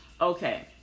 Okay